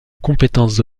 compétences